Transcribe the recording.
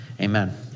amen